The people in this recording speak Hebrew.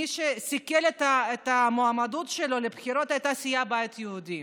מי שסיכל את המועמדות שלו לבחירות היה סיעת הבית היהודי